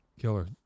Killer